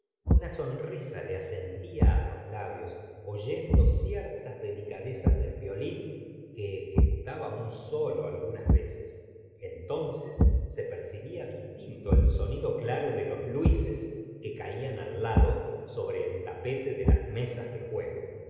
una sonrisa le ascendia los labios oyendo ciergustavo flaubert tas delicadezas del violín que ejecutaba un solo algunas veces entonces se percibía distinto el sonido claro de los luíses que caían al lado sobre el tapete de las mesas de juego